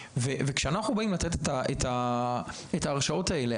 כשאנחנו באים לתת את ההרשאות האלה,